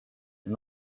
and